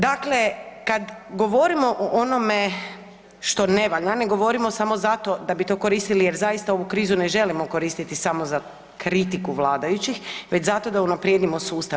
Dakle, kad govorimo o onome što ne valja ne govorimo samo zato da bi to koristiti, jer zaista ovu krizu ne želimo koristiti samo za kritiku vladajućih već zato da unaprijedimo sustav.